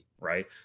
Right